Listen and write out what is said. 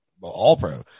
all-pro